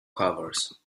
covers